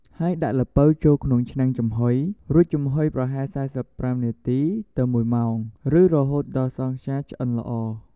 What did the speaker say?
ហើយដាក់ល្ពៅចូលក្នុងឆ្នាំងចំហុយ រួចចំហុយប្រហែល ៤៥ នាទី ទៅ ១ ម៉ោង ឬរហូតដល់សង់ខ្យាឆ្អិនល្អ ។